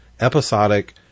episodic